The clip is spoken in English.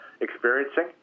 experiencing